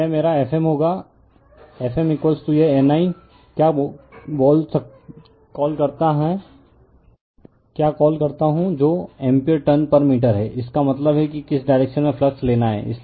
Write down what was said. तो यह मेरा Fm होगा Fm यह N I क्या कॉल करता हूं जो एम्पीयर टर्न पर मीटर है इसका मतलब है कि किस डायरेक्शन में फ्लक्स लेना है